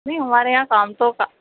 نہیں ہمارے یہاں کام تو کا